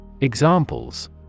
Examples